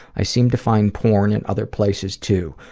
i seemed to find porn in other places, too.